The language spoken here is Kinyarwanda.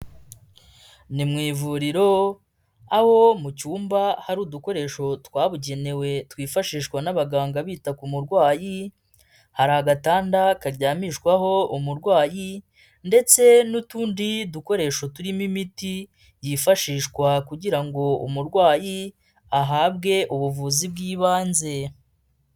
Ni mu ivuriro, aho mu cyumba hari udukoresho twabugenewe twifashishwa n'abaganga bita ku murwayi, hari agatanda karyamishwaho umurwayi ndetse n'utundi dukoresho turimo imiti yifashishwa kugira ngo umurwayi ahabwe ubuvuzi bw'ibanze.